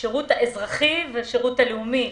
השירות האזרחי והשירות הלאומי,